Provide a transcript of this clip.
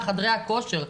על חדרי הכושר,